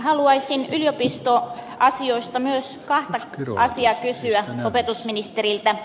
haluaisin yliopistoasioista myös kahta asiaa kysyä opetusministeriltä